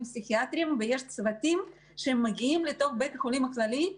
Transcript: פסיכיאטריים ויש צוותים שמגיעים לתוך בית החולים הכללי,